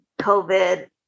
COVID